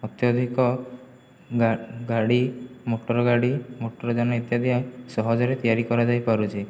ଅତ୍ୟଧିକ ଗାଗାଡ଼ି ମୋଟରଗାଡ଼ି ମୋଟରଯାନ ଇତ୍ୟାଦି ସହଜରେ ତିଆରି କରାଯାଇପାରୁଛି